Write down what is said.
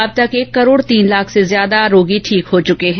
अब तक एक करोड़ तीन लाख से अधिक रोगी ठीक हो चुके हैं